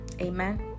amen